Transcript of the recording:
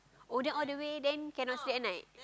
oh then all the way then cannot see at night